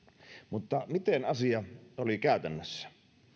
mutta miten asia oli käytännössä